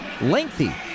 lengthy